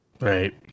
right